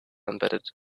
embedded